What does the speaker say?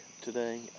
today